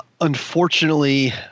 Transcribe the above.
unfortunately